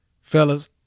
fellas